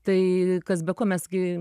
tai kas be ko mes gi